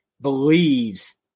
believes